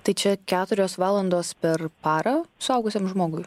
tai čia keturios valandos per parą suaugusiam žmogui